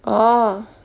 orh